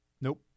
Nope